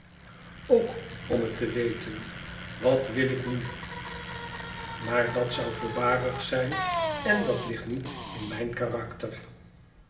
vriend om het te weten wat wil ik uui maar dat zou voorbarig zijn en dat ligt niet in mijn karakter